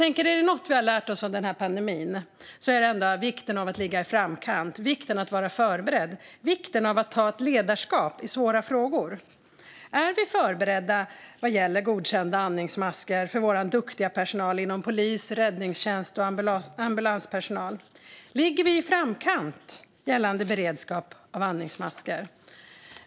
Är det något vi har lärt oss av denna pandemi är det väl vikten av att ligga i framkant, vikten av att vara förberedd och vikten av att ta på sig ledarskap i svåra frågor. Är vi förberedda vad gäller godkända andningsmasker för vår duktiga personal inom polis, räddningstjänst och ambulanssjukvård? Ligger vi i framkant i vår beredskap gällande andningsmasker?